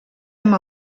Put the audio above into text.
amb